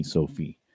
Sophie